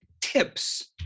tips